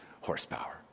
horsepower